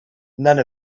none